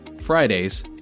Fridays